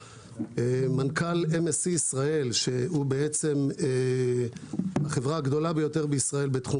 מנכ"ל MSE ישראל שהוא החברה הגדולה ביותר בתחום